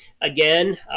Again